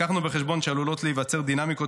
לקחנו בחשבון שעלולות להיווצר דינמיקות